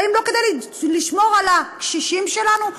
האם לא כדאי לשמור על הקשישים שלנו?